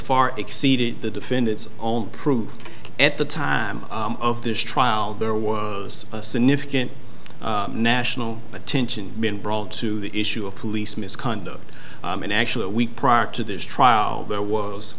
far exceeded the defendant's own proof at the time of this trial there was a significant national attention been brought to the issue of police misconduct and actually a week prior to this trial there was